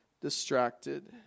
distracted